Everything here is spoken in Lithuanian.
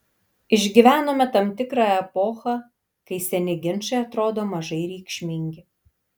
išgyvenome tam tikrą epochą kai seni ginčai atrodo mažai reikšmingi